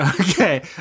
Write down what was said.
Okay